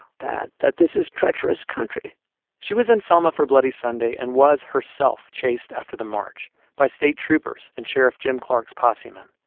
that that this is treacherous country she was in selma for bloody sunday and was, herself, chased after the march by state troopers and sheriff jim clark's posse men.